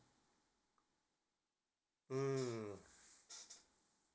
mm